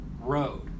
road